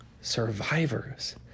Survivors